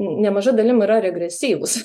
nemaža dalim yra regresyvūs